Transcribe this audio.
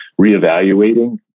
reevaluating